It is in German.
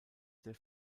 der